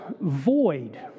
void